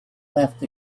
left